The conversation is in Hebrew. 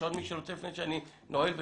מישהו שרוצה לפני שאני נועל ומסכם?